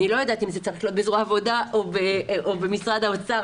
אני לא יודעת אם זה צריך להיות בזרוע העבודה או במשרד האוצר,